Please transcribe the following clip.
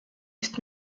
ist